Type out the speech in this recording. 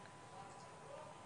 לינדר.